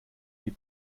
wie